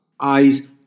eyes